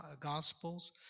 Gospels